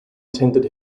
tendered